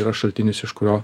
yra šaltinis iš kurio